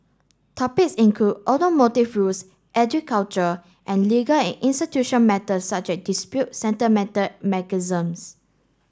topics include automotive rules agriculture and legal and institutional matters such as dispute sentimental